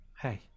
Hey